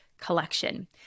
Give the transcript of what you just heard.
collection